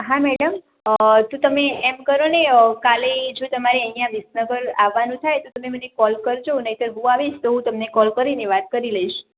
હા મેડમ જો તમે કરોને કાલે જો તમારે અહીંયા વિસનગર આવવાનું થાય તો તમે મને કોલ કરજો નહીંતર હું આવીશ તો હું તમને કોલ કરીને વાત કરી લઈશ